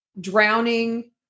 drowning